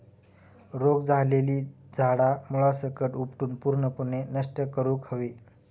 रोग झालेली झाडा मुळासकट उपटून पूर्णपणे नष्ट करुक हवी